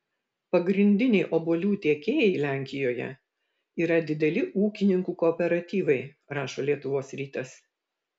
pagrindiniai obuolių tiekėjai lenkijoje yra dideli ūkininkų kooperatyvai rašo lietuvos rytas